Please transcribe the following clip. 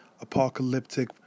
apocalyptic